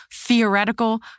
theoretical